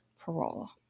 Corolla